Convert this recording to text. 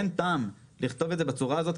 אין טעם לכתוב את זה בצורה הזאת,